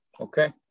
Okay